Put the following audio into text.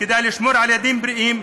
כדי לשמור על ילדים בריאים,